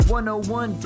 101